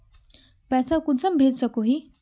पैसा कुंसम भेज सकोही?